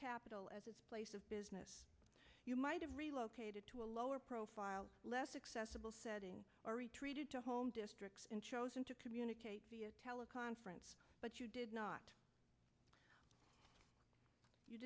capitol as a place of business you might have relocated to a lower profile less accessible setting or retreated to home districts and chosen to communicate via teleconference but you did not you